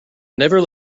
never